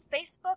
Facebook